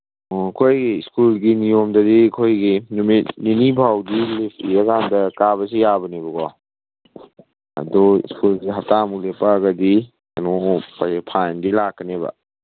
ꯑꯣ ꯑꯩꯈꯣꯏ ꯁ꯭ꯀꯨꯜꯒꯤ ꯅꯤꯌꯣꯝꯗꯗꯤ ꯑꯩꯈꯣꯏꯒꯤ ꯅꯨꯃꯤꯠ ꯅꯤꯅꯤ ꯐꯥꯎꯗꯤ ꯂꯤꯞ ꯏꯔꯀꯥꯟꯗ ꯀꯥꯕꯁꯨ ꯌꯥꯕꯅꯦꯕꯀꯣ ꯑꯗꯨ ꯁ꯭ꯀꯨꯜꯁꯤ ꯍꯞꯇꯥꯃꯨꯛ ꯂꯦꯞꯄꯛꯑꯒꯗꯤ ꯏꯕꯨꯡꯉꯣ ꯐꯥꯏꯟꯗꯤ ꯂꯥꯛꯀꯅꯦꯕ